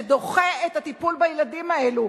שדוחה את הטיפול בילדים האלה.